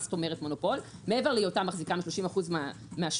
מה זאת אומרת מעבר להיותה מחזיקה 30% מהשוק